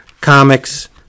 Comics